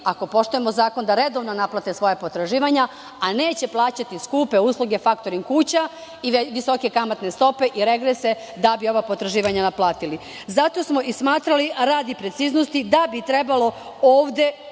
ako poštujemo zakon, da redovno naplate svoja potraživanja a neće plaćati skupe usluge faktoring kuća i visoke kamatne stope i regrese da bi ova potraživanja naplatili. Zato smo smatrali, a radi preciznosti, da bi trebalo ovde,